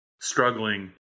struggling